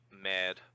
mad